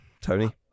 Tony